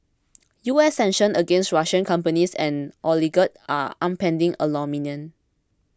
U S sanctions against Russian companies and oligarchs are upending aluminium